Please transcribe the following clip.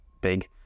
Big